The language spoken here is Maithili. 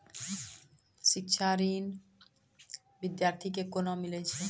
शिक्षा ऋण बिद्यार्थी के कोना मिलै छै?